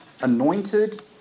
anointed